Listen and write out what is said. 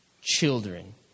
children